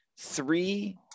three